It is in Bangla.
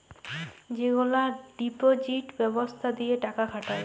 যেগলা ডিপজিট ব্যবস্থা দিঁয়ে টাকা খাটায়